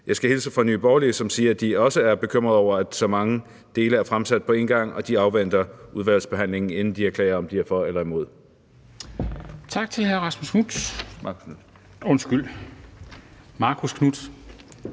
Jeg skal hilse fra Nye Borgerlige, som siger, at de også er bekymrede over, at så mange dele er fremsat på en gang, og at de afventer udvalgsbehandlingen, inden de erklærer, om de er for eller imod.